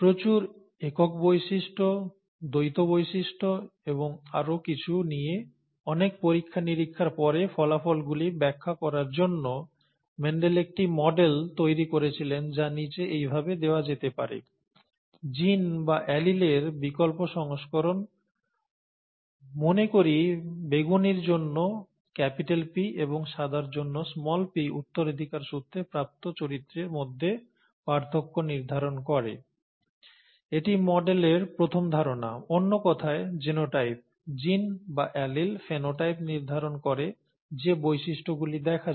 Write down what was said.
প্রচুর একক বৈশিষ্ট্য দ্বৈত বৈশিষ্ট্য এবং আরও কিছু নিয়ে অনেক পরীক্ষা নিরীক্ষার পরে ফলাফলগুলি ব্যাখ্যা করার জন্য মেন্ডেল একটি মডেল তৈরি করেছিলেন যা নীচে এইভাবে দেওয়া যেতে পারে জিন বা অ্যালিলের বিকল্প সংস্করণ মনে করি বেগুনির জন্য P এবং সাদার জন্য p উত্তরাধিকারসূত্রে প্রাপ্ত চরিত্রের মধ্যে পার্থক্য নির্ধারণ করে এটি মডেলের প্রথম ধারণা অন্য কথায় জিনোটাইপ জিন বা অ্যালিল ফেনোটাইপ নির্ধারণ করে যে বৈশিষ্ট্য গুলি দেখা যায়